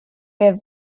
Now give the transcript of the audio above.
wer